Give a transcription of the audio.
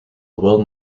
will